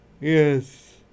Yes